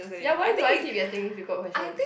ya why do I keep getting difficult questions